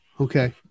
Okay